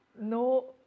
No